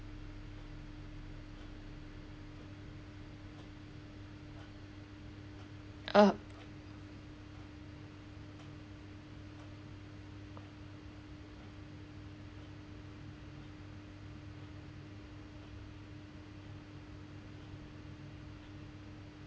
ah